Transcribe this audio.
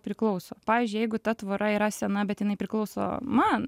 priklauso pavyzdžiui jeigu ta tvora yra sena bet jinai priklauso man